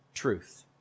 truth